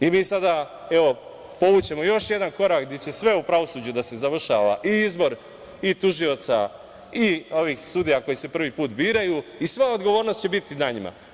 Mi ćemo sada povući još jedan korak gde će sve u pravosuđu da se završava, i izbor tužioca, i sudija koji se prvi put biraju, i sva odgovornost će biti na njima.